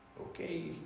okay